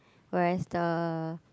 whereas the